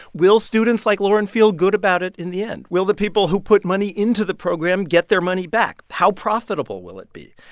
will students like lauren feel good about it in the end? will the people who put money into the program get their money back? how profitable will it be?